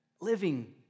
living